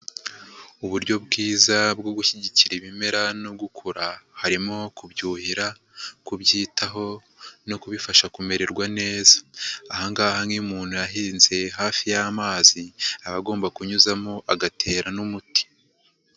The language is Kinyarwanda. Uburyo bwiza bwo gushyigikira ibimera no gukura, harimo kubyuhira, kubyitaho, no kubifasha kumererwa neza. Aha ngaha nk'iyo umuntu yahinze hafi y'amazi, aba agomba kunyuzamo agatera n'umuti.